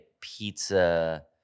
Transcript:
pizza